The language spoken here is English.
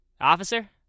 Officer